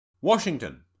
Washington